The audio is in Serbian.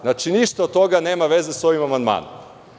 Znači, ništa od toga nema veze sa ovim amandmanom.